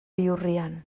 bihurrian